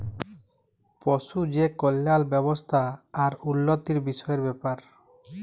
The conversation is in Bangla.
পশু যে কল্যাল ব্যাবস্থা আর উল্লতির বিষয়ের ব্যাপার